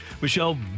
michelle